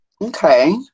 Okay